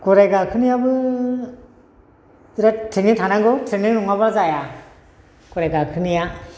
गराइ गाखोनायाबो बिराद ट्रैनिं थानांगौ ट्रैनिं नंङाला जाया गराइ गाखोनाया